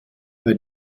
bei